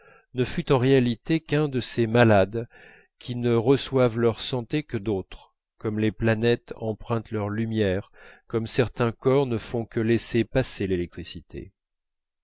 ne fût en réalité qu'une de ces malades qui ne reçoivent leur santé que d'autres comme les planètes empruntent leur lumière comme certains corps ne font que laisser passer l'électricité